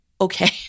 okay